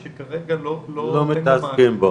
אלא אם כן נעשה בשטחיות.